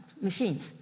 machines